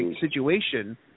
situation